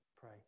pray